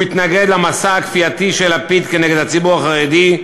הוא התנגד למסע הכפייתי של לפיד כנגד הציבור החרדי,